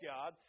God